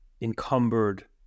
encumbered